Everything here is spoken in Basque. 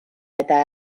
eta